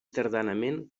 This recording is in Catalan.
tardanament